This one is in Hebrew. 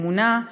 תמונה,